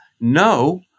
No